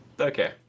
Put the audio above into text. okay